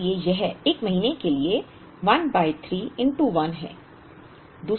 इसलिए यह 1 महीने के लिए 1 बाय 3 1 है